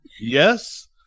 yes